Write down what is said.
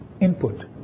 input